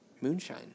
moonshine